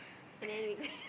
and then we go and